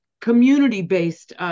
community-based